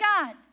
God